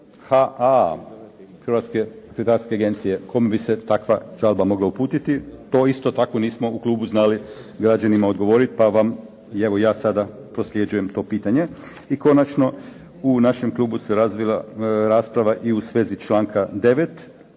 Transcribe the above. HAA-e Hrvatske akreditacijske agencije, kome bi se takva žalba mogla uputiti, to isto tako nismo u klubu znali građanima odgovoriti pa vam ja evo sada prosljeđujem to pitanje. I konačno, u našem klubu se razvila rasprava i u svezi članka 9.,